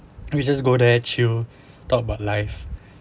we just go there chill talk about life